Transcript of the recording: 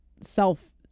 self